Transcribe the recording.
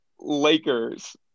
Lakers